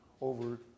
over